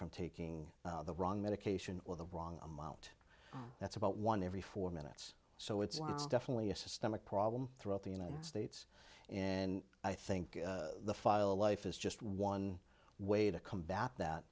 from taking the wrong medication or the wrong amount that's about one every four minutes so it's definitely a systemic problem throughout the united states in i think the file life is just one way to combat that